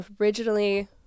originally